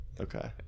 okay